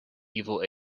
evil